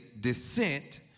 descent